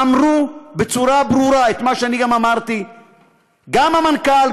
אמרו בצורה ברורה את מה שאני אמרתי גם המנכ"ל,